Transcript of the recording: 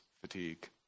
fatigue